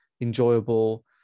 enjoyable